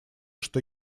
что